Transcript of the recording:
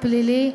פלילי,